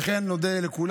וכן, נודה לכולם.